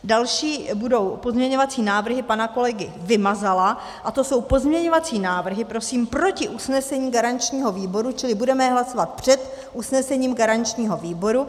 Další budou pozměňovací návrhy pana kolegy Vymazala, a to jsou pozměňovací návrhy proti usnesení garančního výboru, čili budeme je hlasovat před usnesením garančního výboru.